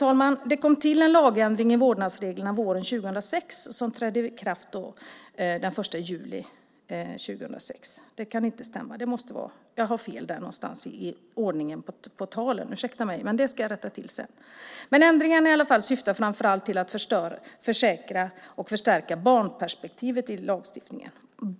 Våren 2006 tillkom en ändring i vårdnadsreglerna med ikraftträdande den 1 juli 2006. Nej, det kan inte stämma. Någonstans är det fel i ordningen på talen. Ursäkta mig! Jag ska senare rätta till det. Ändringen syftade framför allt till att försäkra och förstärka barnperspektivet i lagstiftningen.